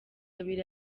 abiri